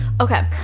Okay